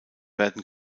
werden